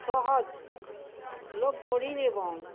সহজ লভ্যঋণ এবং